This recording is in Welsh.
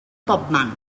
bobman